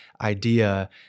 idea